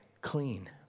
clean